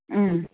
अँ